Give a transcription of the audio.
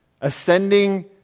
ascending